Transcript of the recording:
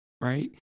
right